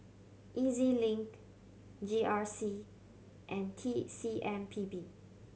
E Z Link G R C and T C M P B